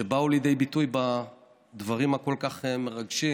שבאו לידי ביטוי בדברים הכל-כך מרגשים,